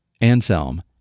Anselm